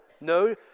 No